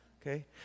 Okay